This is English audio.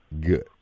Good